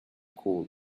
coal